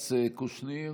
אלכס קושניר,